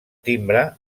timbre